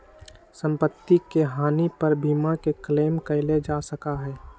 सम्पत्ति के हानि पर बीमा के क्लेम कइल जा सका हई